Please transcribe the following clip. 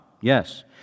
Yes